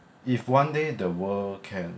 if one day the world can